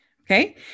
Okay